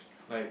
like